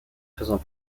faisant